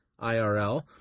IRL